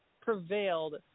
prevailed